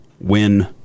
win